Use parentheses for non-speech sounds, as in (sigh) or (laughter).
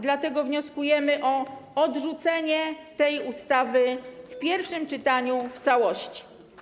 Dlatego wnioskujemy o odrzucenie tej ustawy (noise) w pierwszym czytaniu w całości.